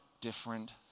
different